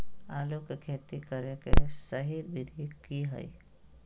आलू के खेती करें के सही विधि की हय?